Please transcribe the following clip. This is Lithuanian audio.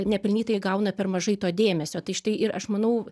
nepelnytai gauna per mažai to dėmesio tai štai ir aš manau